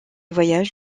voyage